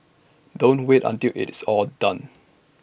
don't wait until it's all done